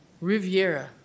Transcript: Riviera